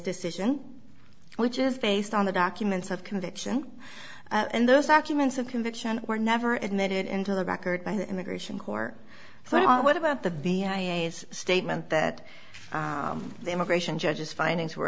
decision which is based on the documents of conviction and those documents of conviction were never admitted into the record by the immigration corps so what about the statement that the immigration judge's findings were